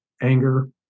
anger